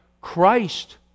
Christ